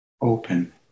open